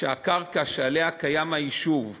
שהקרקע שעליה היישוב קיים,